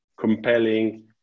compelling